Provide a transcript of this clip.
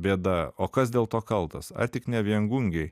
bėda o kas dėl to kaltas ar tik ne viengungiai